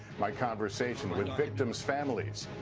my conversations with victims' families.